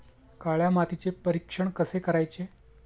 काळ्या मातीचे परीक्षण कसे करायचे?